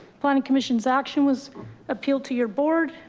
planning commission's action was appealed to your board.